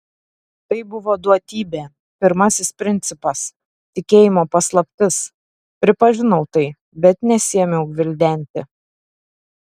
tai buvo duotybė pirmasis principas tikėjimo paslaptis pripažinau tai bet nesiėmiau gvildenti